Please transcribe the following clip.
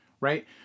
Right